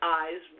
eyes